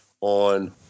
on